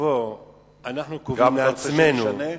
הסטטוס-קוו אנחנו קובעים בעצמנו.